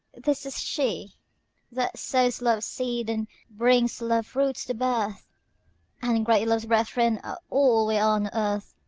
this is she that sows love's seed and brings love's fruit to birth and great love's brethren are all we on earth!